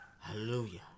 Hallelujah